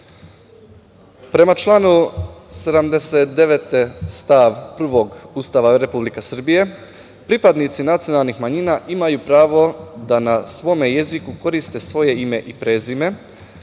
članu 79. stav 1. Ustava Republike Srbije pripadnici nacionalnih manjina imaju pravo da na svome jeziku koriste svoje ime i prezime,